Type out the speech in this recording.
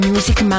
Music